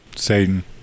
satan